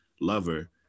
lover